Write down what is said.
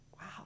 wow